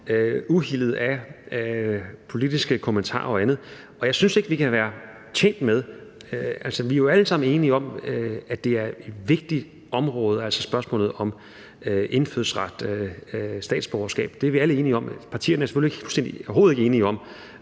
uhildet af politiske kommentarer og andet. Vi er jo alle sammen enige om, at det er et vigtigt område, altså spørgsmålet om indfødsret, statsborgerskab – det er vi alle enige om. Partierne er selvfølgelig overhovedet ikke